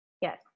Yes